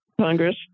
Congress